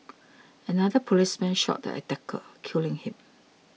another policeman shot the attacker killing him